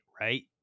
right